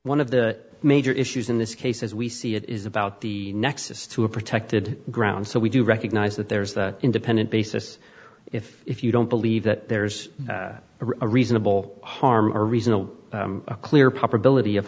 one of the major issues in this case as we see it is about the nexus to a protected ground so we do recognize that there is the independent basis if if you don't believe that there's a reasonable harm or reasonable a clear probability of